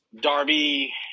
Darby